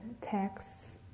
texts